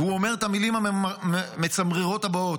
והוא אומר את המילים המצמררות הבאות: